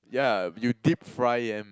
yeah you deep fry yam